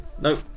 Nope